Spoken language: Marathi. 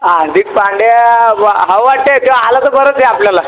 हार्दिक पांड्या हवाच आहे तो आला तर बरंच आहे आपल्याला